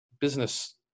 business